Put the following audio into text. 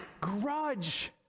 grudge